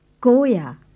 Goya